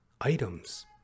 items